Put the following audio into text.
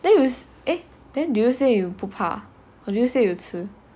then you eh then do you say you 不怕 or do you say 有吃